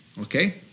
Okay